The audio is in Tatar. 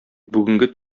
бүгенге